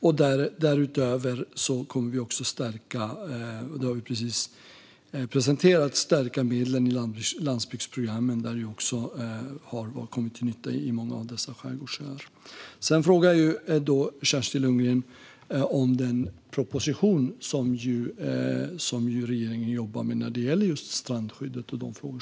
Därutöver kommer vi också att stärka medlen i landsbygdsprogrammen, vilket precis har presenterats, som också har kommit till nytta för många av dessa skärgårdsöar. Sedan frågade Kerstin Lundgren om den proposition som regeringen jobbar med när det gäller just strandskyddet.